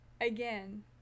again